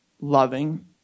loving